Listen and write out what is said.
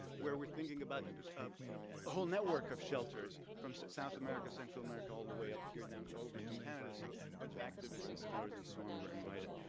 where we're thinking about a ah whole network of shelters from south america, central america, all the way up here, down over to canada. so bunch of activists and scholars and so on were invited.